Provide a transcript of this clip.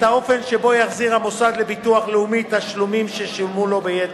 את האופן שבו יחזיר המוסד לביטוח לאומי תשלומים ששולמו לו ביתר.